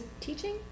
teaching